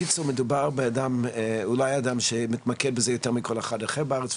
בקיצור מדובר באדם שאולי מתמקד בנושא יותר מכל אדם אחר בארץ.